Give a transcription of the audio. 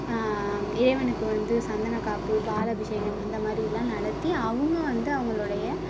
இறைவனுக்கு வந்து சந்தன காப்பு பால் அபிஷகம் அந்த மாதிரில்லாம் நடத்தி அவங்க வந்து அவங்களோடைய